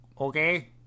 okay